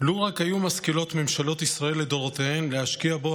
לו רק היו משכילות ממשלות ישראל לדורותיהן להשקיע בו,